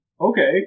Okay